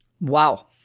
Wow